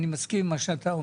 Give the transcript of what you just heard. אני מסכים עם מה שאתה אומר.